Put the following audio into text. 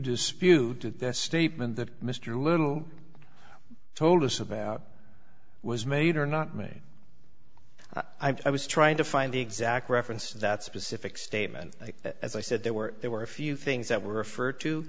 dispute that their statement that mr little told us about was made or not made i was trying to find the exact reference to that specific statement that as i said there were there were a few things that were referred to